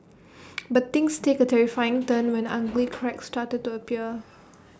but things take A terrifying turn when ugly cracks started to appear